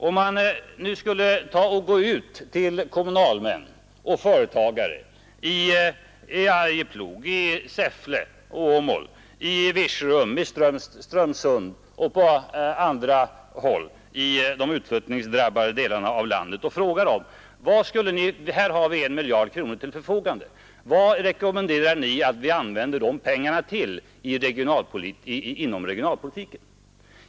Låt oss anta att man skulle gå ut till kommunalmän och företagare i Arjeplog, i Säffle, i Åmål, i Virserum, i Strömsund och på andra håll i de utflyttningsdrabbade delarna av landet och fråga: Här har vi en miljard kronor till förfogande för SJ:s område — vad rekommenderar ni att vi använder dessa pengar till inom regionalpolitiken?